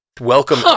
welcome